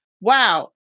wow